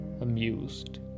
Amused